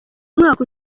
umwaka